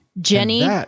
Jenny